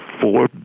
four